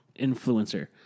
influencer